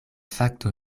fakto